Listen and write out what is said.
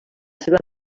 seva